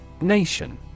Nation